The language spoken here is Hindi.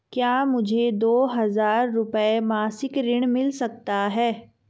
क्या मुझे दो हज़ार रुपये मासिक ऋण मिल सकता है?